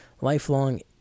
lifelong